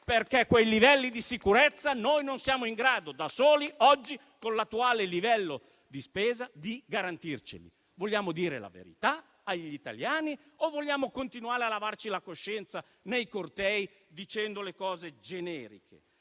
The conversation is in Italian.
perché quei livelli di sicurezza noi oggi non siamo in grado di garantirceli da soli, con l'attuale livello di spesa. *Vogliamo dire la verità agli italiani o vogliamo continuare a lavarci la coscienza nei cortei dicendo cose generiche?